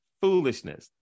Foolishness